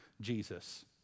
Jesus